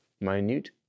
minute